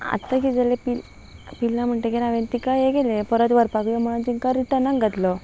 आतां किद जालें पि पिल्लां म्हणटगीर हांवेंन तिका हें गेलें परत व्हरपाकूय म्हण तंकां रिटर्नाक घातलो